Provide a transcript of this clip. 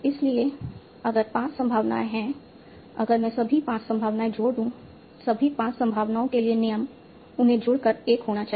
इसलिए अगर 5 संभावनाएं हैं अगर मैं सभी 5 संभावनाएं जोड़ दूं सभी 5 संभावनाओं के लिए नियम उन्हें जुड़कर 1 होना चाहिए